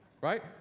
Right